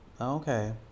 Okay